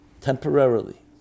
Temporarily